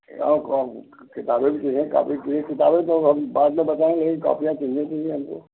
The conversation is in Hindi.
और किताबें भी चाहिए कापी भी चाहिए किताबें तो हम बाद में बताएंगे यही कापियाँ चाहिए थी ये हम को